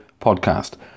podcast